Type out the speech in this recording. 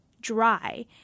dry